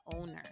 owner